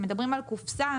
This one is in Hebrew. כשמדברים על קופסה,